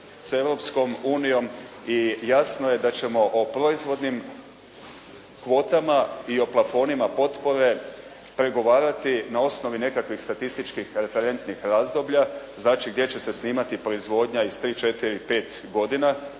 s Europskom unijom i jasno je da ćemo o proizvodnim kvotama i o plafonima potpore pregovarati na osnovi nekakvih statističkih referentnih razdoblja, znači gdje će se snimati proizvodnja iz 3, 4, 5 godina,